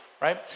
right